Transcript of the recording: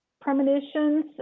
premonitions